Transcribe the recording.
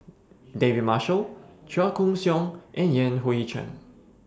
David Marshall Chua Koon Siong and Yan Hui Chang